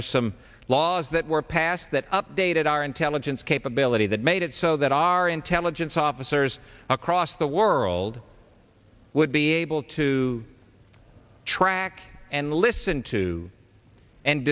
were some laws that were passed that updated our intelligence capability that made it so that our intelligence officers across the world would be able to track and listen to and